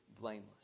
blameless